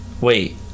Wait